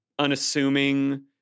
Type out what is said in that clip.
unassuming